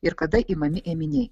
ir kada imami ėminiai